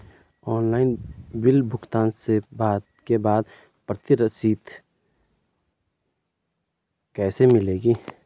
Online bill भुगतान के बाद प्रति रसीद कैसे मिलेगी?